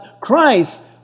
Christ